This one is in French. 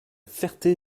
ferté